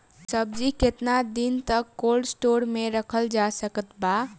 सब्जी केतना दिन तक कोल्ड स्टोर मे रखल जा सकत बा?